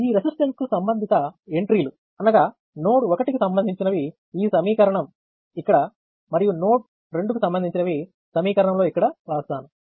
ఈ రెసిస్టెన్స్ కు సంబంధిత ఎంట్రీలు అనగా నోడ్ 1 సంబంధించినవి ఈ సమీకరణం ఇక్కడ row 1 లో మరియు నోడ్ 2 సంబంధించినవి సమీకరణం ఇక్కడ row 2 లో వ్రాస్తాను